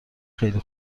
خیلی